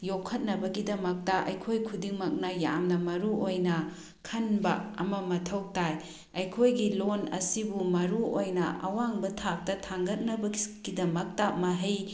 ꯌꯣꯛꯈꯠꯅꯕꯒꯤꯗꯃꯛꯇ ꯑꯩꯈꯣꯏ ꯈꯨꯗꯤꯡꯃꯛꯅ ꯌꯥꯝꯅ ꯃꯔꯨꯑꯣꯏꯅ ꯈꯟꯕ ꯑꯃ ꯃꯊꯧ ꯇꯥꯏ ꯑꯩꯈꯣꯏꯒꯤ ꯂꯣꯜ ꯑꯁꯤꯕꯨ ꯃꯔꯨꯑꯣꯏꯅ ꯑꯋꯥꯡꯕ ꯊꯥꯛꯇ ꯊꯥꯡꯒꯠꯅꯕꯒꯤꯗꯃꯛꯇ ꯃꯍꯩ